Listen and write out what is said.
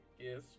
yes